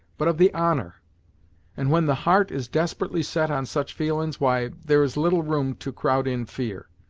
but of the honor and when the heart is desperately set on such feelin's, why, there is little room to crowd in fear.